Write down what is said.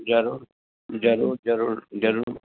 ज़रूरु ज़रूरु ज़रूरु ज़रूरु